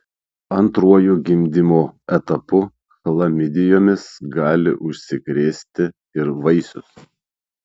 antruoju gimdymo etapu chlamidijomis gali užsikrėsti ir vaisius